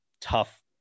tough